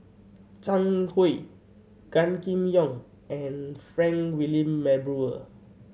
Zhang Hui Gan Kim Yong and Frank Wilmin Brewer